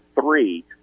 three